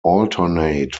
alternate